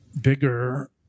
bigger